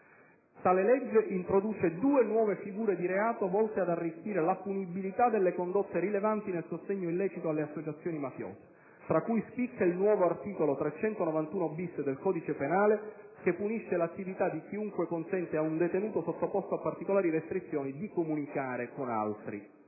Tale legge introduce due nuove figure di reato volte ad arricchire la punibilità delle condotte rilevanti nel sostegno illecito delle associazioni mafiose, tra cui spicca il nuovo articolo 391-*bis* del codice penale, che punisce l'attività di chiunque consente a un detenuto sottoposto a particolari restrizioni di comunicare con altri.